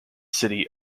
city